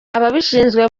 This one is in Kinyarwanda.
ababishinzwe